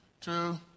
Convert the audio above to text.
two